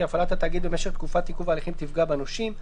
הפעלת התאגיד במשך תקופת עיכוב ההליכים תפגע בנושים,